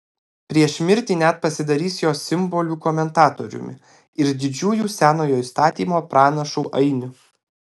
prieš mirtį net pasidarys jos simbolių komentatoriumi ir didžiųjų senojo įstatymo pranašų ainiu